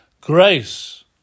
Grace